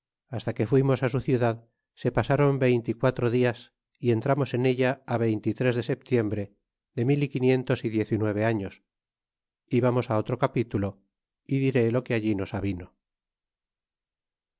hasta que fuimos su ciudad se pasron veinte y quatro dias y entramos en ella veinte y tres de septiembre de mil y quinientos y diez y nueve años y vamos á otro capítulo y diré lo que allí nos avino